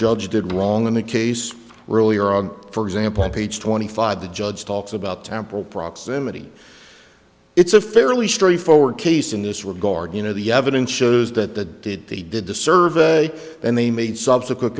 judge did wrong in the case earlier for example on page twenty five the judge talks about temporal proximity it's a fairly straightforward case in this regard you know the evidence shows that the did they did the survey and they made subsequent